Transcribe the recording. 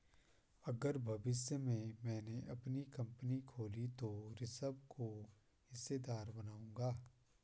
अगर भविष्य में मैने अपनी कंपनी खोली तो ऋषभ को हिस्सेदार बनाऊंगा